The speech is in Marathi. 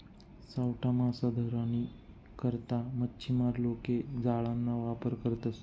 सावठा मासा धरानी करता मच्छीमार लोके जाळाना वापर करतसं